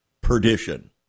perdition